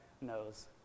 knows